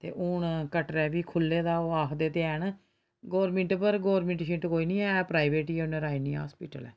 हून कटरै बी खु'ल्ले दा ओह् आखदे ते हैन गौरमैंट पर गौरमैंट शेंट कोई निं ऐ प्राइवेट ई ऐ ओह् नारायणी अस्पताल ऐ